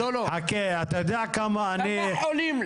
כמה חולים?